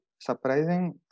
surprising